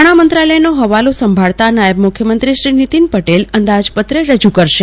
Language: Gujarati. નાણા મંત્રાલયનો હવાલો સંભાળતા નાયબ મુખ્યમંત્રી શ્રી નિતિન પટેલ અંદાજપત્ર રજુ કરશે